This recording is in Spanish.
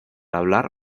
hablar